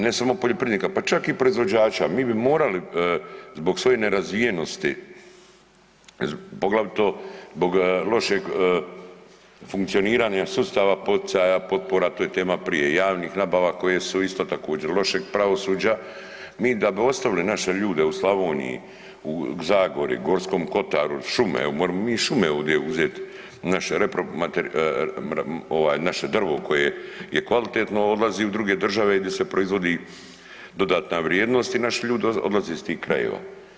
Ne samo poljoprivrednika pa čak i proizvođača, mi bi morali zbog svoje nerazvijenosti poglavito zbog lošeg funkcioniranja sustava poticaja, potpora, to je tema prije, javnih nabava koje su isto također lošeg pravosuđa, mi da bi ostavili naše ljude u Slavoniji, u Zagori, Gorskom kotaru, šume, evo moremo mi i šume ovdje uzeti naše drvo koje je kvalitetno odlazi u druge države gdje se proizvodi dodatna vrijednost i naši ljudi odlaze iz tih krajeva.